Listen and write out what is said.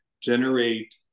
generate